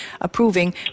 approving